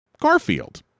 Garfield